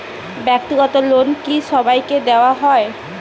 ব্যাক্তিগত লোন কি সবাইকে দেওয়া হয়?